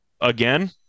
again